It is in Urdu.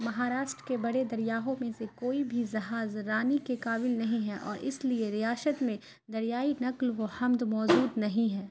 مہاراسٹرا کے بڑے دریاہوں میں سے کوئی بھی جہاز رانی کے قابل نہیں ہے اور اس لیے ریاست میں دریائی نقل و حمد موجود نہیں ہے